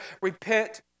repent